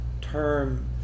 term